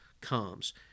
comes